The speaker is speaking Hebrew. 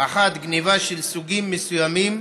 האחת, גנבה של סוגים מסוימים